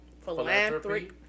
philanthropy